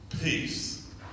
peace